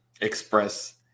express